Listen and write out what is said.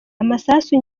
amasasu